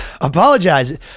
apologize